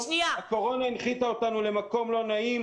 הקורונה הנחיתה אותנו למקום לא נעים,